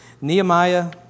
Nehemiah